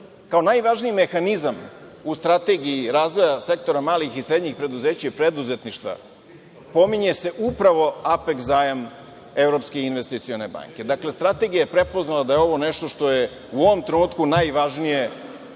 konkretna tema, u Strategiji razvoja sektora malih i srednjih preduzeća i preduzetništva pominje se upravo Apeks zajam Evropske investicione banke. Dakle, Strategija je prepoznala da je ovo nešto što je u ovom trenutku najvažnije